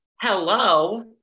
Hello